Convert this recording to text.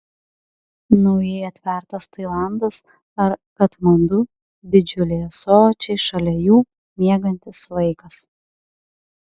naujai atvertas tailandas ar katmandu didžiuliai ąsočiai šalia jų miegantis vaikas